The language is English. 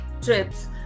trips